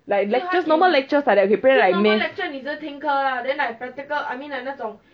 like lectures normal lectures like that